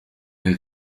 der